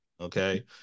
Okay